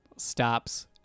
stops